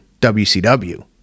WCW